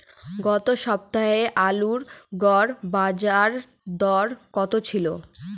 গত সপ্তাহে আলুর গড় বাজারদর কত ছিল?